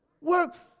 works